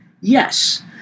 Yes